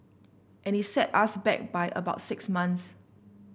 and it set us back by about six months